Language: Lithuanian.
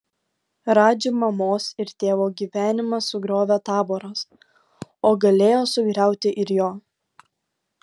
radži mamos ir tėvo gyvenimą sugriovė taboras o galėjo sugriauti ir jo